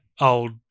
old